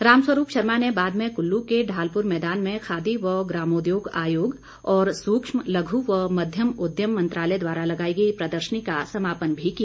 रामस्वरूप शर्मा ने बाद में कुल्लू के ढालपुर मैदान में खादी व ग्रामोद्योग आयोग और सूक्ष्म लघू व मध्यम उद्यम मंत्रालय द्वारा लगाई गई प्रदर्शनी का समापन भी किया